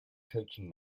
coaching